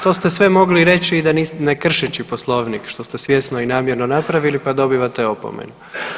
To ste sve mogli reći ne kršeći Poslovnik što ste svjesno i namjerno napravili pa dobivate opomenu.